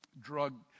drug